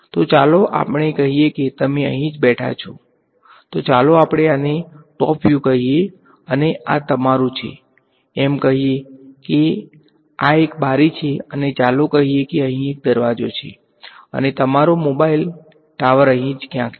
તો ચાલો આપણે કહીએ કે તમે અહીં જ બેઠા છો તો ચાલો આપણે આને ટોપ વ્યુ કહીએ અને આ તમારું છે એમ કહીએ કે આ એક બારી છે અને ચાલો કહીએ કે અહીં એક દરવાજો છે અને તમારો મોબાઈલ ટાવર અહીં જ ક્યાંક છે